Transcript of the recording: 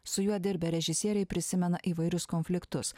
su juo dirbę režisieriai prisimena įvairius konfliktus